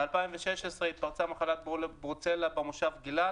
ב-2016 התפרצה מחלת פרוצלה במושב גילת